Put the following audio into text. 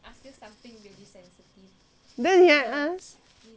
then 你还 ask